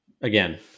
again